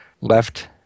left